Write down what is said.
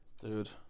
Dude